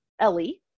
Ellie